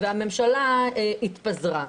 והממשלה התפזרה.